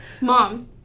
Mom